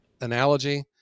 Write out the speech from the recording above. analogy